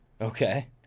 Okay